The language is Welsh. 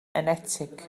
enetig